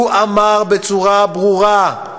הוא אמר בצורה ברורה: